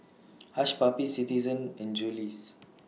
Hush Puppies Citizen and Julie's